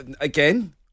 again